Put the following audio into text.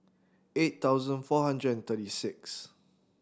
eight thousand four hundred and thirty sixth